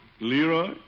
Leroy